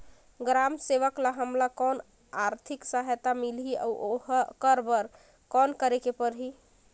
ग्राम सेवक ल हमला कौन आरथिक सहायता मिलही अउ ओकर बर कौन करे के परही?